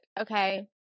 okay